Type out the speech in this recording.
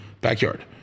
backyard